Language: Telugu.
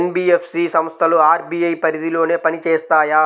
ఎన్.బీ.ఎఫ్.సి సంస్థలు అర్.బీ.ఐ పరిధిలోనే పని చేస్తాయా?